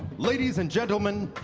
ladies and gentlemen,